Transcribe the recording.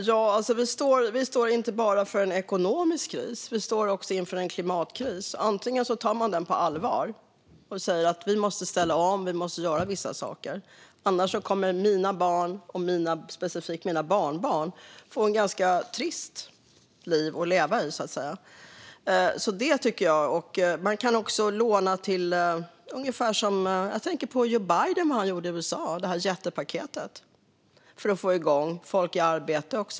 Fru talman! Vi står inte bara inför en ekonomisk kris utan också inför en klimatkris. Antingen tar man den på allvar och säger att vi måste ställa om och göra vissa saker eller också kommer mina barn, och framför allt mina barnbarn, att få ett ganska trist liv. Man kan också låna ungefär som Joe Biden gjorde i USA, med jättepaketet för att få folk i arbete.